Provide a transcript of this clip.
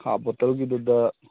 half ꯕꯣꯇꯜꯒꯤꯗꯨꯗ